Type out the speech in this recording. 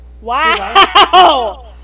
Wow